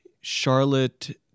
Charlotte